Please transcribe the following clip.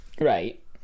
right